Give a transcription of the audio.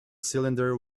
cylinder